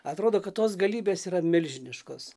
atrodo kad tos galybės yra milžiniškos